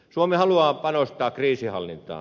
suomi haluaa panostaa kriisinhallintaan